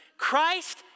Christ